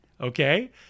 okay